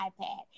iPad